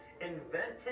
invented